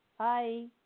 Hi